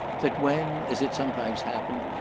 that when, as it sometimes happened,